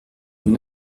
nous